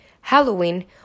Halloween